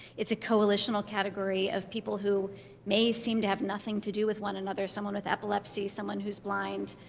it's a coalitional category of people who may seem to have nothing to do with one another someone with epilepsy, someone who's blind,